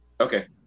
Okay